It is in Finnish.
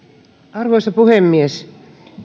arvoisa puhemies